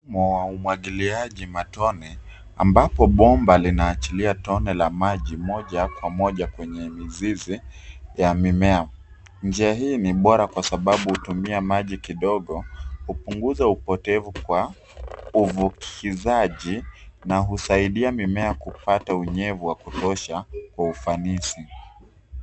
Umwagiliaji matone ambapo bomba linaachilia tone la maji moja kwa moja kwenye mizizi ya mimea. Njia hii ni bora kwa sababu hutumia maji kidogo kupunguza upotevu kwa uvukizaji na husaidia mimea kupata unyevu wa kutosha kwa ufanisi.